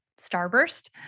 Starburst